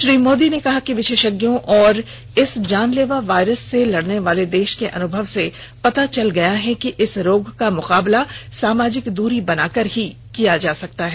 श्री मोदी ने कहा कि विशेषज्ञों और इस जानलेवा वायरस से लड़ने वाले देशों के अनुभव से पता चल गया है कि इस रोग का मुकाबला सामाजिक दूरी बनाकर ही किया जा सकता है